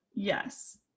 yes